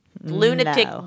Lunatic